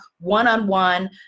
one-on-one